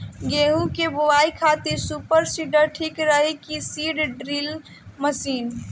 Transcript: गेहूँ की बोआई खातिर सुपर सीडर ठीक रही की सीड ड्रिल मशीन?